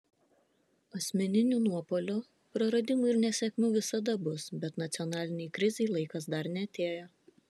asmeninių nuopuolių praradimų ir nesėkmių visada bus bet nacionalinei krizei laikas dar neatėjo